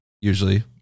usually